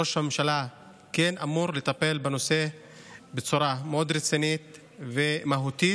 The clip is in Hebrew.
ראש הממשלה כן אמור לטפל בנושא בצורה מאוד רצינית ומהותית